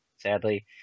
sadly